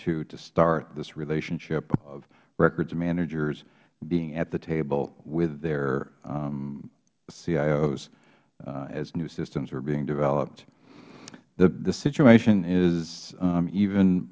two to start this relationship of records managers being at the table with their cios as new systems are being developed the situation is even